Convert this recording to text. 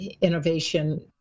innovation